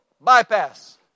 bypass